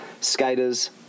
skaters